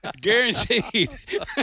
Guaranteed